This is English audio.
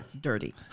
Dirty